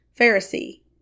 Pharisee